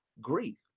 grief